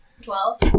Twelve